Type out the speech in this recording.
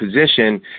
position